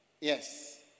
Yes